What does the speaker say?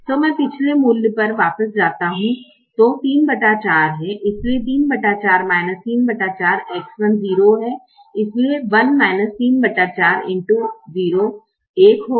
तो मैं पिछले मूल्य पर वापस जाता हूं जो 34 है इसलिए 34 34 X1 0 है इसलिए 1 34 x0 1 होगा